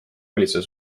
valitsuse